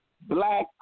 black